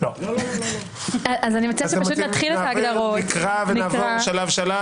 אני מציע שנקרא ונעבור שלב-שלב.